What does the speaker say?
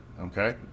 Okay